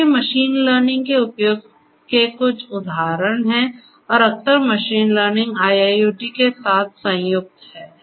तो ये machine learning के उपयोग के कुछ उदाहरण हैं और अक्सर मशीन लर्निंग IIoT के साथ संयुक्त है